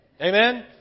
Amen